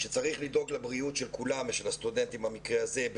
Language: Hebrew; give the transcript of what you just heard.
שצריך לדאוג לבריאות של כולם ושל הסטודנטים במקרה הזה,